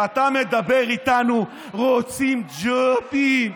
ואתה מדבר איתנו: רוצים ג'ובים,